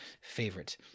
favorite